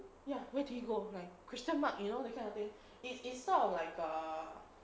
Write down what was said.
ya where did it go like question mark you know that kind of thing it's it's sort of like err